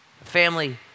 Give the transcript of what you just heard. Family